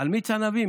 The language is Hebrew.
מיץ ענבים.